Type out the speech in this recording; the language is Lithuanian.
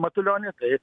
matulionį tai